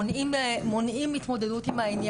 רואים שיחסי הכוחות מונעים התמודדות עם העניין.